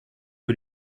que